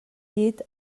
llit